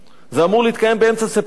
זה אמור להתקיים באמצע ספטמבר,